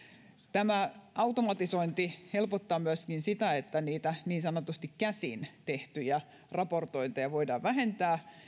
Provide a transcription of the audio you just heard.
tämä automatisointi helpottaa myöskin sitä että niitä niin sanotusti käsin tehtyjä raportointeja voidaan vähentää